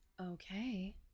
Okay